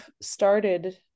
started